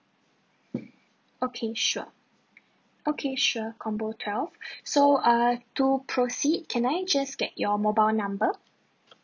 okay sure okay sure combo twelve so uh to proceed can I just get your mobile number